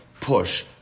push